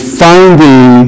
finding